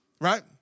right